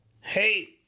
hey